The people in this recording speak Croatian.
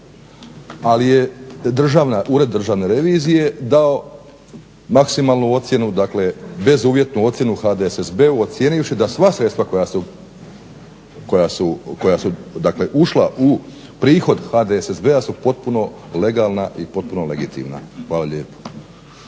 ali je Ured državne revizije dao maksimalnu ocjenu dakle bezuvjetnu ocjenu HDSSB-u ocijenivši da sva sredstva koja su ušla u prihod HDSSB –a su potpuno legalna i legitimna. Hvala lijepa.